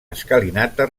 escalinata